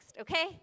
okay